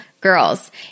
girls